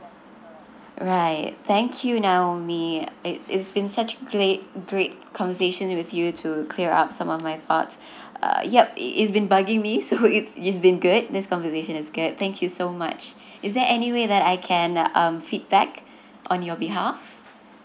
right thank you naomi it's it's been such great great conversation with you to clear up some of my thoughts uh yup it's been bugging me so it's it's been great this conversation is great thank you so much is there any way that I can um feedback on your behalf